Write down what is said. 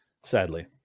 sadly